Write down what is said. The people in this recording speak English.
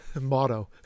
motto